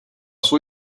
sua